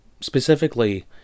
specifically